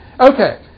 Okay